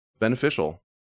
beneficial